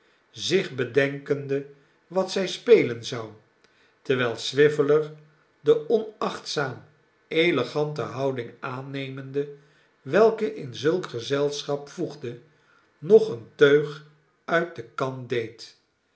zich bedenkende wat zij spelen zou terwijl swiveller de onachtzaam elegante houding aannemende welke in zulk gezelschap voegde nog een teug uit de kan deed